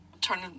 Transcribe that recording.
turn